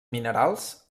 minerals